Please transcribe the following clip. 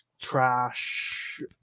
trash